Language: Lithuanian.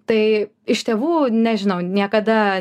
tai iš tėvų nežinau niekada